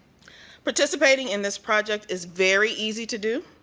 participating in this project is very easy to do.